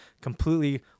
completely